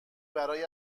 برای